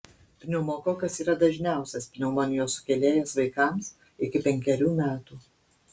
pneumokokas yra dažniausias pneumonijos sukėlėjas vaikams iki penkerių metų